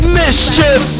mischief